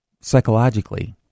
psychologically